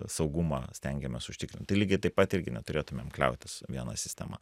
saugumą stengiamės užtikrint tai lygiai taip pat irgi neturėtumėm kliautis viena sistema